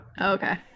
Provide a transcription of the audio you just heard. Okay